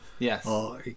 Yes